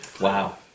Wow